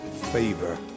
favor